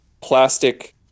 plastic